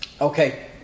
Okay